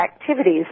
activities